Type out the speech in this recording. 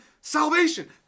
salvation